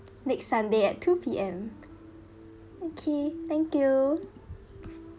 next sunday at two P_M okay thank you